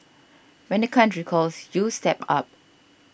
when the country calls you step up